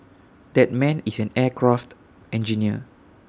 that man is an aircraft engineer